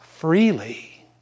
freely